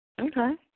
Okay